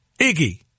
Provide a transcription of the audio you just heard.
Iggy